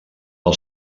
del